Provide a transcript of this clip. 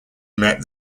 met